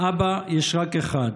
אבא יש רק אחד,